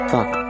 Fuck